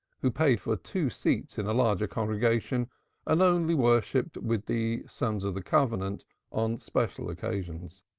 who paid for two seats in a larger congregation and only worshipped with the sons of the covenant on special occasions.